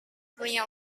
punya